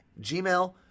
gmail